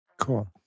Cool